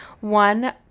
one